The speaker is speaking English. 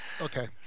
Okay